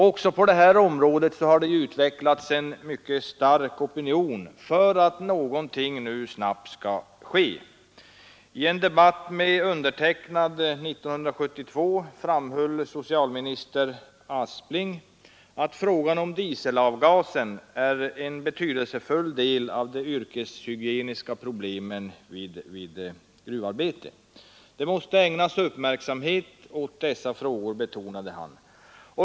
Också på det här området har det utvecklats en mycket stark opinion för att något nu snabbt skall ske. I en debatt med mig 1972 framhöll socialminister Aspling att frågan om dieselavgasen är en betydelsefull del av de yrkeshygieniska problemen vid gruvarbete. Man måste ägna stor uppmärksamhet åt dessa frågor, betonade han.